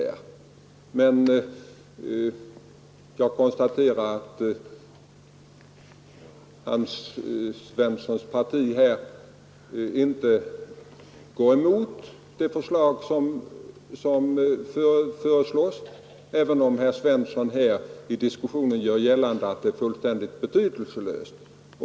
Men jag konstaterar att herr Svenssons parti inte går emot förslaget, även om herr Svensson i diskussionen gör gällande att det är fullständigt betydelselöst.